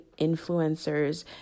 influencers